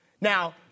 Now